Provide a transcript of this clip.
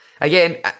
again